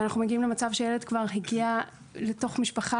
ואנחנו מגיעים למצב שהילד כבר הגיע לתוך משפחה